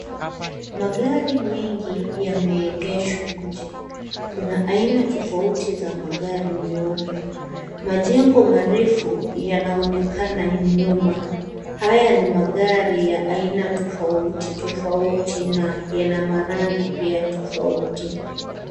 Magari mengi yameegeshwa nje. Kuna aina tofauti za magari meupe. Majengo marefu yanaonekana nyuma. Haya ni magari ya aina tofauti tofauti na yana marangi pia tofauti.